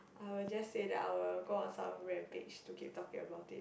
I will just say that I'll go on some rampage to keep talking about it